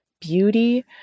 beauty